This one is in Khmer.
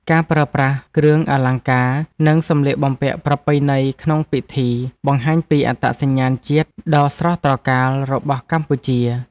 ការប្រើប្រាស់គ្រឿងអលង្ការ និងសម្លៀកបំពាក់ប្រពៃណីក្នុងពិធី បង្ហាញពីអត្តសញ្ញាណជាតិដ៏ស្រស់ត្រកាលរបស់កម្ពុជា។